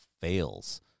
fails